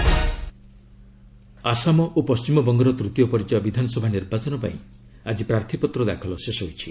EC nomination Assam ଓ ପଣ୍ଟିମବଙ୍ଗର ତୃତୀୟ ପର୍ଯ୍ୟାୟ ବିଧାନସଭା ନିର୍ବାଚନ ପାଇଁ ଆକି ପ୍ରାର୍ଥୀପତ୍ର ଦାଖଲ ଶେଷ ହୋଇଛି